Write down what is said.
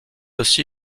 aussi